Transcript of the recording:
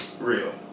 Real